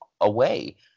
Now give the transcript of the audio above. away